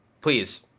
please